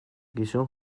gizon